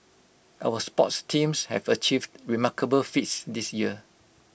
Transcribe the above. our sports teams have achieved remarkable feats this year